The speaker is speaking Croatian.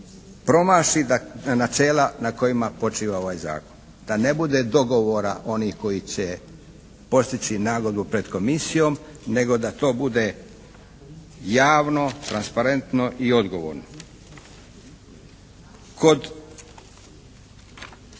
promaši načela na kojima počiva ovaj zakon, da ne bude dogovora onih koji će postići nagodbu pred komisijom nego da to bude javno, transparentno i odgovorno. Kod